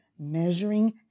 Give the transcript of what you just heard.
measuring